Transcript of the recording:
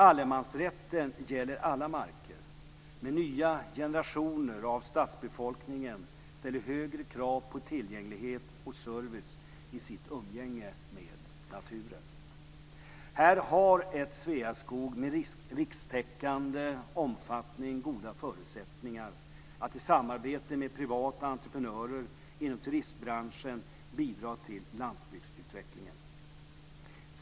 Allemansrätten gäller alla marker, men nya generationer av stadsbefolkningen ställer högre krav på tillgänglighet och service i sitt umgänge med naturen. Här har ett Sveaskog med rikstäckande omfattning goda förutsättningar att i samarbete med privata entreprenörer inom turistbranschen bidra till landsbygdsutvecklingen.